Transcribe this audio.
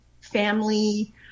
family